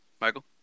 Michael